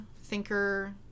thinker